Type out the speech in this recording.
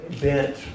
bent